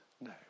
No